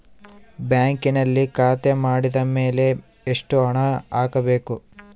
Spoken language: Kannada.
ಬ್ಯಾಂಕಿನಲ್ಲಿ ಖಾತೆ ಮಾಡಿದ ಮೇಲೆ ಎಷ್ಟು ಹಣ ಹಾಕಬೇಕು?